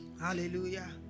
Hallelujah